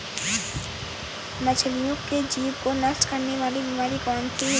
मछलियों के जीभ को नष्ट करने वाली बीमारी कौन सी है?